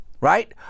right